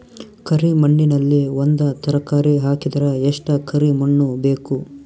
ಕರಿ ಮಣ್ಣಿನಲ್ಲಿ ಒಂದ ತರಕಾರಿ ಹಾಕಿದರ ಎಷ್ಟ ಕರಿ ಮಣ್ಣು ಬೇಕು?